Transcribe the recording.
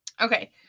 Okay